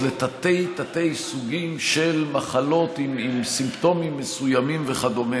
לתתי-תתי-סוגים של מחלות עם סימפטומים מסוימים וכו'.